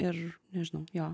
ir nežinau jo